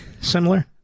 similar